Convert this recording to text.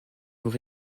pour